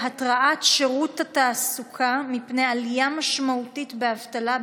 בנושא: התרעת שירות התעסוקה מפני עלייה משמעותית באבטלה,